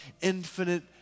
infinite